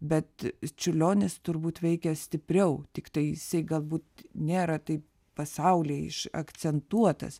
bet čiurlionis turbūt veikia stipriau tiktai jisai galbūt nėra taip pasaulyje išakcentuotas